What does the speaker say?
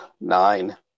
Nine